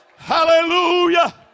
Hallelujah